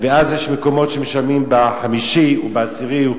ויש מקומות שמשלמים ב-5 ויש שב-10,